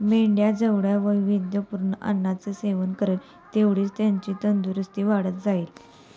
मेंढी जेवढ्या वैविध्यपूर्ण अन्नाचे सेवन करेल, तेवढीच त्याची तंदुरस्ती वाढत जाईल